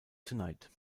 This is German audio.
tonight